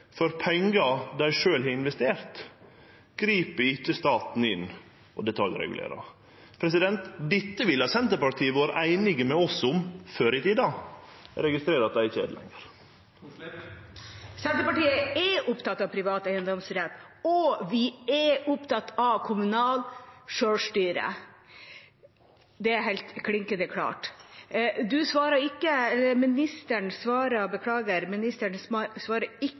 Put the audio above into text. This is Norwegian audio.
for pengar ein sjølv har investert, grip ikkje staten inn og detaljregulerer. Dette ville Senterpartiet ha vore einig med oss i før i tida – eg registrerer at dei ikkje er det no. Senterpartiet er opptatt av privat eiendomsrett, og vi er opptatt av kommunalt selvstyre. Det er helt klinkende klart. Ministeren